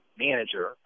manager